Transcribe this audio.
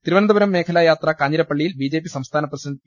തിരുവനന്തപുരം മേഖലാ യാത്ര കാഞ്ഞിരപ്പള്ളിയിൽ ബിജെപി സംസ്ഥാന പ്രസിഡന്റ് പി